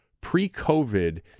pre-COVID